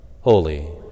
Holy